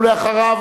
ואחריו,